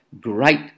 great